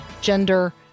gender